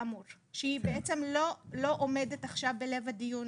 כאמור שהיא בעצם לא עומדת עכשיו בלב הדיון